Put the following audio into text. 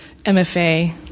MFA